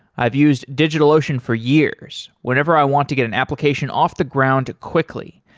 i've used digitalocean for years whenever i want to get an application off the ground quickly,